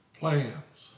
plans